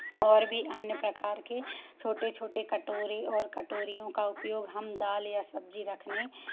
और भी अन्य प्रकार के छोटे छोटे कटोरे और कटोरियों का उपयोग हम दाल या सब्जी रखने